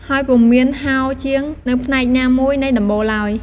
ហើយពុំមានហោជាងនៅផ្នែកណា មួយនៃដំបូលឡើយ។